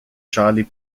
charlie